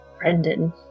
Brendan